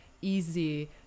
easy